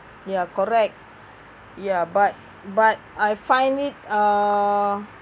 ya correct ya but but I find it uh